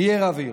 יהיה רב עיר.